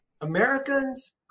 Americans